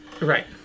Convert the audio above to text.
right